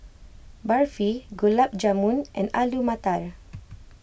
Barfi Gulab Jamun and Alu Matar